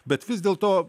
bet vis dėl to